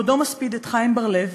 מספיד את חיים בר-לב